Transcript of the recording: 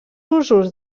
usos